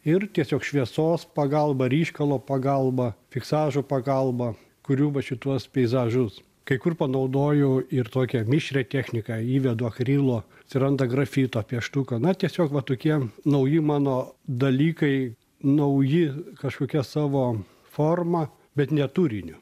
ir tiesiog šviesos pagalba ryškalo pagalba fiksažo pagalba kuriu va šituos peizažus kai kur panaudoju ir tokią mišrią techniką įvedu akrilo atsiranda grafito pieštuką na tiesiog va tokie nauji mano dalykai nauji kažkokie savo forma bet ne turiniu